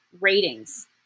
ratings